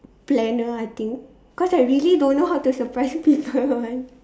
planner I think cause I really don't know how to surprise people one